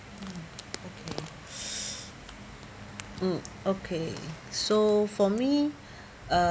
mm okay mm okay so for me uh